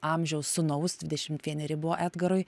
amžiaus sūnaus dvidešimt vieneri buvo edgarui